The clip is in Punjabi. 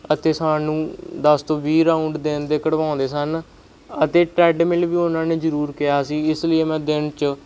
ਅਤੇ ਸਾਨੂੰ ਦਸ ਤੋਂ ਵੀਹ ਰਾਊਂਡ ਦਿਨ ਦੇ ਕਢਵਾਉਂਦੇ ਸਨ ਅਤੇ ਟਰੈਡਮਿੱਲ ਵੀ ਉਹਨਾਂ ਨੇ ਜ਼ਰੂਰ ਕਿਹਾ ਸੀ ਇਸ ਲਈ ਮੈਂ ਦਿਨ 'ਚ